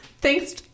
thanks